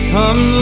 Come